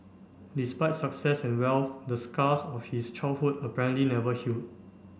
despite success and wealth the scars of his childhood apparently never healed